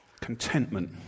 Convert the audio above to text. Contentment